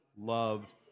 loved